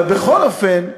אבל בכל אופן,